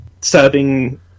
serving